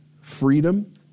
freedom